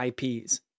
IPs